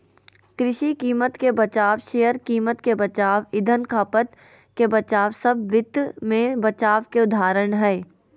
कृषि कीमत के बचाव, शेयर कीमत के बचाव, ईंधन खपत के बचाव सब वित्त मे बचाव के उदाहरण हय